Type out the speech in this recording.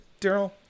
Daryl